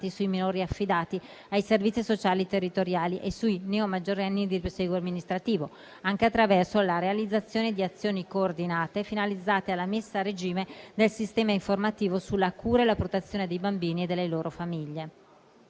sui minori affidati ai servizi sociali territoriali e sui neomaggiorenni in prosieguo amministrativo, anche attraverso la realizzazione di azioni coordinate e finalizzate alla messa a regime del sistema informativo sulla cura e la protezione dei bambini e delle loro famiglie.